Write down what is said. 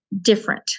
Different